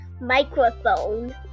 microphone